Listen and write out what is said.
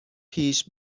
پیش